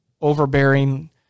overbearing